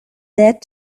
that